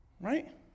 Right